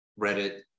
Reddit